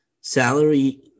salary